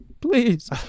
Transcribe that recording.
Please